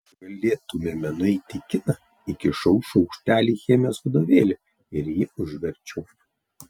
galėtumėme nueiti į kiną įkišau šaukštelį į chemijos vadovėlį ir jį užverčiau